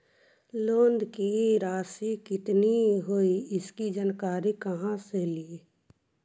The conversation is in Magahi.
लोन की रासि कितनी होगी इसकी जानकारी कहा से ली?